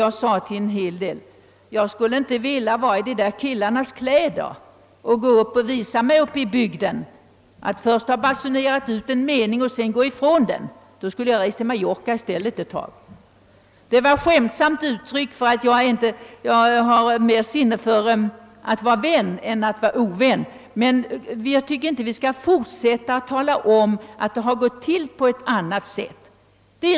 Jag sade till en hel del, att jag inte skulle vilja vara i de där killarnas kläder och gå upp och visa mig i bygden efter att först ha basunerat ut en mening och sedan gått ifrån den; då skulle jag i stället ha rest till Mallorca ett tag. Det var skämtsamt uttryckt, ty jag har mer sinne för att vara vän än för att vara ovän. Men jag tycker inte, att vi skall fortsätta att tala om att det har gått till på ett annat sätt.